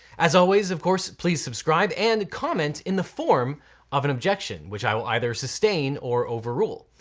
as always, of course please subscribe and comment in the form of an objection, which i will either sustain or overrule.